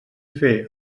fer